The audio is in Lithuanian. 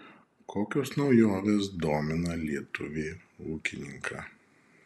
kokios naujovės domina lietuvį ūkininką